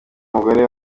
mugore